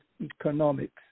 economics